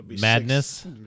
madness